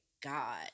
God